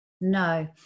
No